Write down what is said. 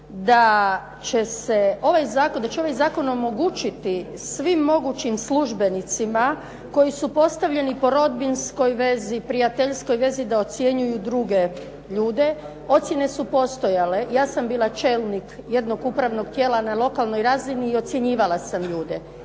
da će ovaj zakon omogućiti svim mogućim službenicima koji su postavljeni po rodbinskoj vezi, prijateljskoj vezi da ocjenjuju druge ljude. Ocjene su postojale. Ja sam bila čelnik jednog upravnog tijela na lokalnoj razini i ocjenjivala sam ljude